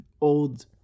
old